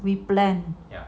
we plan